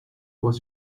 was